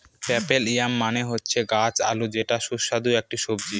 purple yam মানে হচ্ছে গাছ আলু যেটা সুস্বাদু একটি সবজি